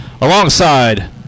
alongside